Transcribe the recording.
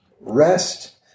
rest